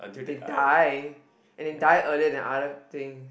they die and they die earlier than other thing